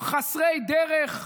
חסרי דרך,